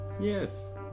Yes